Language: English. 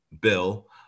bill